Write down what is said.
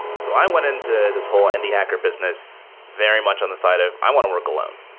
so i went into this whole indie hacker business very much on the side of i want to work alone.